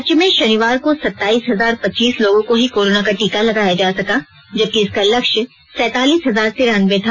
राज्य में शनिवार को सताईस हजार पचीस लोगों को ही कोरोना का टीका लगाया जा सका जबकि इसका लक्ष्य सैंतालीस हजार तीरानब्बे था